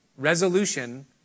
Resolution